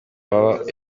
waba